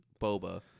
Boba